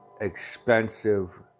expensive